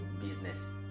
business